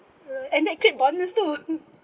and that cake bond us too